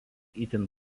itin